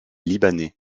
libanais